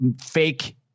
fake